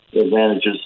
advantages